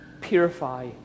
purify